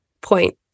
point